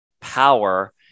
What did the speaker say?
Power